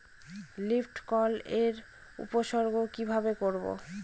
Leaf curl এর উপসর্গ কিভাবে করব?